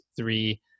three